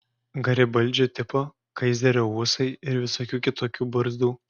garibaldžio tipo kaizerio ūsai ir visokių kitokių barzdų